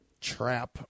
trap